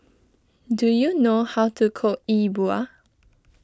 do you know how to cook Yi Bua